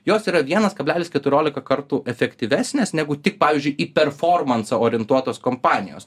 jos yra vienas kablelis keturiolika kartų efektyvesnės negu tik pavyzdžiui į performansą orientuotos kompanijos